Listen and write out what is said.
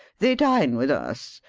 they dine with us.